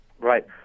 Right